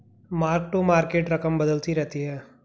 mark to market रकम बदलती रहती है